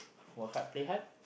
work hard play hard